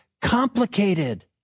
complicated